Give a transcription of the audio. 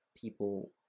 people